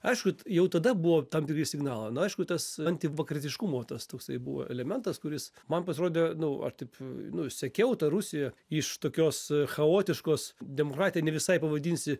aišku jau tada buvo tam tikri signalai na aišku tas antivakarietiškumo tas toksai buvo elementas kuris man pasirodė nu ar ar taip nu sekiau tą rusiją iš tokios chaotiškos demokratija ne visai pavadinsi